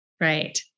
Right